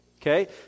okay